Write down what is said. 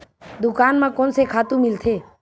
दुकान म कोन से खातु मिलथे?